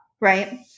Right